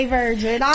virgin